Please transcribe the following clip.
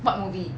what movie